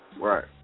Right